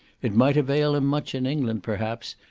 it might avail him much in england, perhaps,